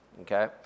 Okay